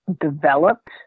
developed